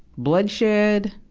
bloodshed,